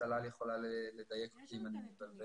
טלל יכולה לדייק אותי אם אני מתבלבל.